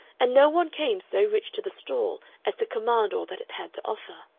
and no one came so rich to the stall as to command all that it had to offer.